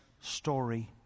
story